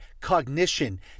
cognition